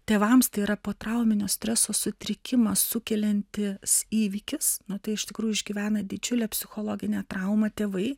tėvams tai yra potrauminio streso sutrikimas sukeliantis įvykis na tai iš tikrųjų išgyvena didžiulę psichologinę traumą tėvai